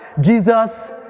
Jesus